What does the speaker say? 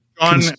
John